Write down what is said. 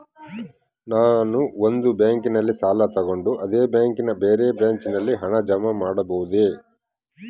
ನಾನು ಒಂದು ಬ್ಯಾಂಕಿನಲ್ಲಿ ಸಾಲ ತಗೊಂಡು ಅದೇ ಬ್ಯಾಂಕಿನ ಬೇರೆ ಬ್ರಾಂಚಿನಲ್ಲಿ ಹಣ ಜಮಾ ಮಾಡಬೋದ?